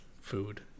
food